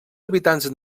hàbitats